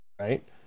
right